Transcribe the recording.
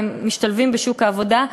והם משתלבים בשוק העבודה,